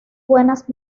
buenas